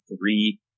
three